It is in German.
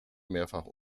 mehrfach